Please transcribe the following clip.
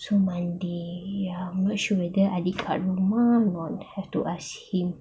so monday I'm not sure whether adik kat rumah or not have to ask him